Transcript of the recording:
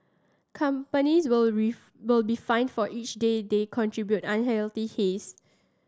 companies will will be fined for each day they contribute unhealthy haze